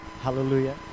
Hallelujah